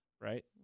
right